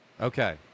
Okay